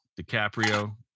DiCaprio